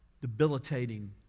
debilitating